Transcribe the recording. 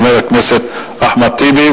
חבר הכנסת אחמד טיבי.